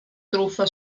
truffa